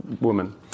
woman